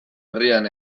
herrian